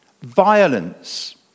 Violence